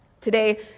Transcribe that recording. today